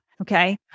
okay